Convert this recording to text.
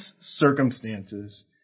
circumstances